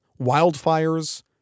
wildfires